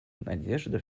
надежда